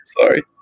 sorry